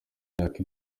imyaka